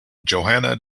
johanna